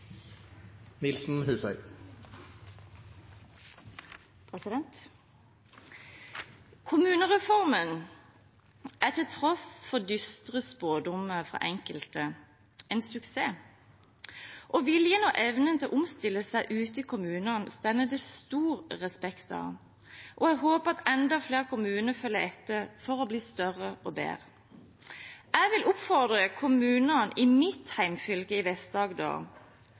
til tross for dystre spådommer fra enkelte en suksess. Viljen og evnen til å omstille seg ute i kommunene står det stor respekt av, og jeg håper at enda flere kommuner følger etter for å bli større og bedre. Jeg vil oppfordre kommunene i mitt hjemfylke, Vest-Agder, å følge i